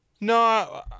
no